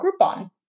Groupon